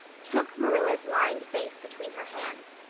took marilla's lined face between her hands,